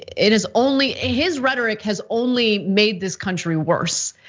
it is only, ah his rhetoric has only made this country worse.